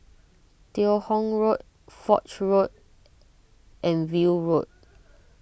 Teo Hong Road Foch Road and View Road